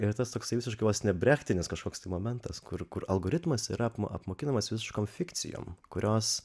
ir tas toksai visiškai vos ne brektinis kažkoks tai momentas kur kur algoritmas yra apmokinamas visiškom fikcijom kurios